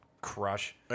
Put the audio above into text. crush